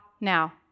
now